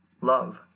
Love